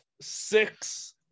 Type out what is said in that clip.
six